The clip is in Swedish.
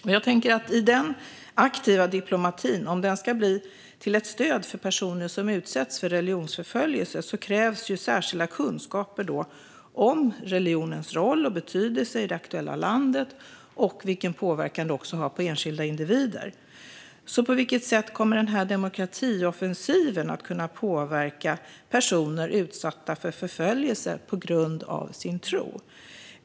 Om denna aktiva diplomati ska bli ett stöd för personer som utsätts för religionsförföljelse krävs särskilda kunskaper om religionens roll och betydelse i det aktuella landet och om vilken påverkan det har på enskilda individer. På vilket sätt kommer denna demokratioffensiv att kunna påverka personer utsatta för förföljelse på grund av sin tro?